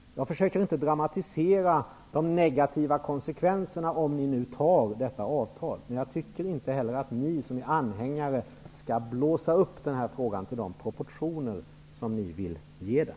Jag försöker inte dramatisera de negativa konsekvenserna, om ni nu antar detta avtal. Men jag tycker inte heller att ni som är anhängare skall blåsa upp den här frågan till de proportioner som ni vill ge den.